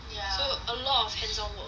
so a lot of you know